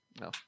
No